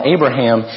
Abraham